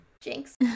Jinx